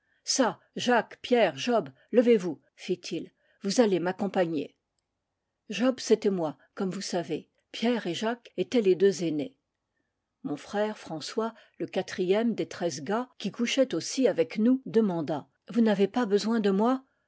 çà jacques pierre job levez-vous fit-il vous allez m'accompagner a job c'était moi comme vous savez pierre et jacques étaient les deux aînés mon frère françois le quatrième des treize gars qui couchait aussi avec nous demanda vous n'avez pas besoin de moi